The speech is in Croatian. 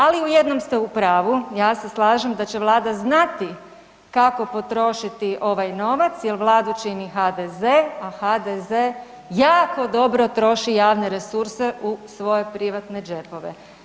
Ali u jednom ste u pravu, ja se slažem da će vlada znati kako potrošiti ovaj novac jel vladu čini HDZ, a HDZ jako dobro troši javne resurse u svoje privatne džepove.